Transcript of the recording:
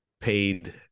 paid